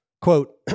Quote